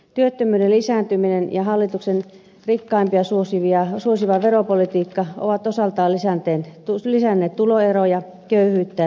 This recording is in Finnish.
työttömyyden lisääntyminen ja hallituksen rikkaimpia suosiva veropolitiikka ovat osaltaan lisänneet tuloeroja köyhyyttä ja syrjäytymistä